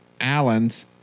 Allen's